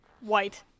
White